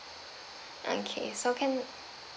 okay so can